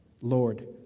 Lord